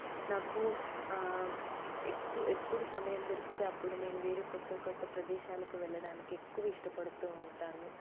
నాకు ఎక్కు ఎప్పుడు సమయం దొరికితే అప్పుడు నేను వేరే కొత్త కొత్త ప్రదేశాలకు వెళ్ళడానికి ఎక్కువ ఇష్టపడుతూ ఉంటాను